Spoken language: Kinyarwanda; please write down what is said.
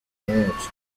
kumwica